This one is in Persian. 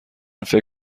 فکر